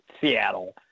Seattle